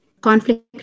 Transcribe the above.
conflict